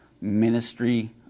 ministry